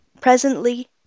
Presently